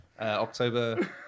October